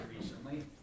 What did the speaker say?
recently